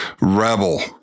rebel